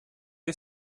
you